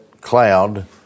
cloud